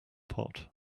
pot